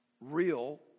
Real